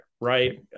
Right